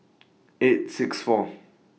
eight six four